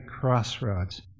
crossroads